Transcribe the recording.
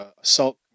Assault